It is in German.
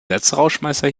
sätzerausschmeißer